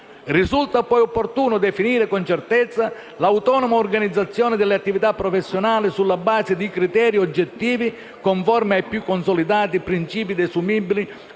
Risulta poi opportuno definire con certezza la «autonoma organizzazione» delle attività professionali, sulla base di criteri oggettivi conformi ai più consolidati principi desumibili